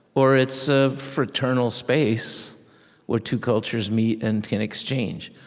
or it's a fraternal space where two cultures meet and can exchange.